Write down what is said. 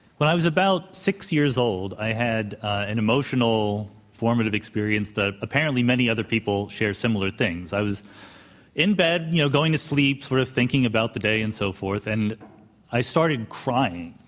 when i was about six years old, i had an emotional formative experience that apparently many other people share similar things. i was in bed, you know, going to sleep, sort of thinking about the day and so forth, and i started crying.